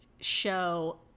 show